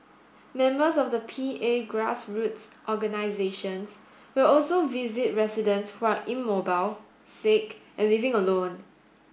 members of the P A grassroots organisations will also visit residents who are immobile sick and living alone